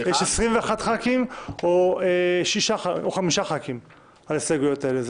יש 21 ח"כים או חמישה ח"כים על ההסתייגויות האלה,